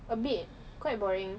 a bit quite boring